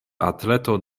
atleto